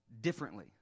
differently